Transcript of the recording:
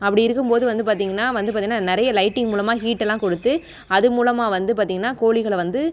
அப்படி இருக்கும் போது வந்து பார்த்தீங்கன்னா வந்து பார்த்தீங்கன்னா நிறைய லைட்டிங் மூலமாக ஹீட்ல்லாம் கொடுத்து அது மூலமாக வந்து பார்த்தீங்கன்னா கோழிகளை வந்து